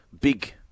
big